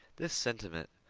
this sentiment,